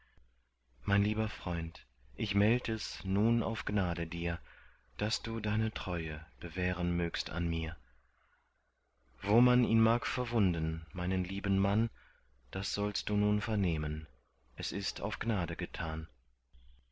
mein lieber freund ich meld es nun auf gnade dir daß du deine treue bewähren mögst an mir wo man mag verwunden meinen lieben mann das sollst du nun vernehmen es ist auf gnade getan